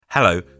Hello